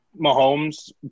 Mahomes